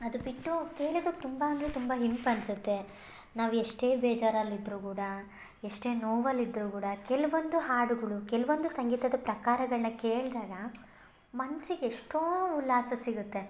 ಅದು ಬಿಟ್ಟು ಕೇಳೋದಕ್ಕೆ ತುಂಬ ಅಂದರೆ ತುಂಬ ಇಂಪು ಅನಿಸುತ್ತೆ ನಾವು ಎಷ್ಟೇ ಬೇಜಾರಲ್ಲಿ ಇದ್ದರು ಕೂಡ ಎಷ್ಟೇ ನೋವಲ್ಲಿ ಇದ್ದರು ಕೂಡ ಕೆಲವೊಂದು ಹಾಡುಗಳು ಕೆಲವೊಂದು ಸಂಗೀತದ ಪ್ರಕಾರಗಳನ್ನ ಕೇಳಿದಾಗ ಮನ್ಸಿಗೆ ಎಷ್ಟೋ ಉಲ್ಲಾಸ ಸಿಗುತ್ತೆ